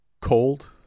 cold